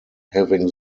having